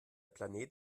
planet